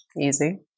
easy